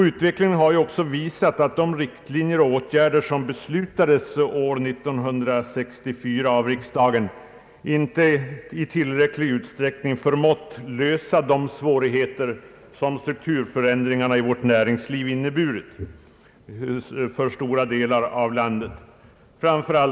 Utvecklingen har visat att de riktlinjer och åtgärder som 1964 beslutades av riksdagen inte i tillräcklig utsträckning förmått lösa de svårigheter som strukturförändringarna i vårt näringsliv in neburit för stora delar av landet.